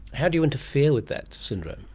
how do you interfere with that syndrome?